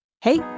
Hey